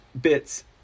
bits